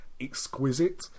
exquisite